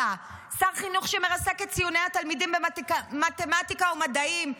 4. שר חינוך שמרסק את ציוני התלמידים במתמטיקה ומדעים,